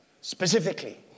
specifically